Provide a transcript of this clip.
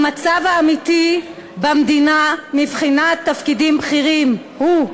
המצב האמיתי במדינה מבחינת תפקידים בכירים הוא: